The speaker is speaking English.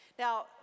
Now